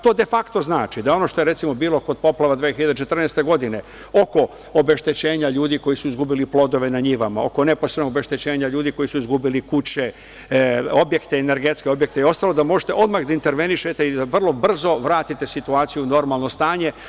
To defakto znači da ono što je recimo bilo kod poplava 2014. godine oko obeštećenja ljudi koji su izgubili plodove na njivama, oko neposrednog obeštećenja ljudi koji su izgubili kuće, objekte, energetske objekte i ostalo, da možete odmah da intervenišete i da vrlo brzo vratite situaciju u normalno stanje.